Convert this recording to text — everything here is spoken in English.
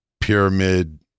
pyramid